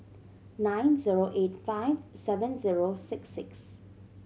nine zero eight five seven zero six six